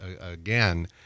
again